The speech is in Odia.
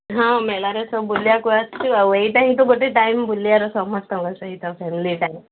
ହଁ ମେଳାରେ ସବୁ ବୁଲିବାକୁ ଆସିଛୁ ଆଉ ଏଇଟା ହିଁ ତ ଗୋଟେ ଟାଇମ୍ ବୁଲିବାର ସମସ୍ତଙ୍କର ସେଇ ତ ଫ୍ୟାମିଲି ଟାଇମ୍